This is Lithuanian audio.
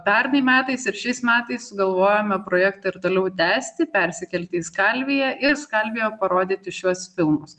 pernai metais ir šiais metais sugalvojome projektą ir toliau tęsti persikelti į skalvija ir skalvijoj parodyti šiuos filmus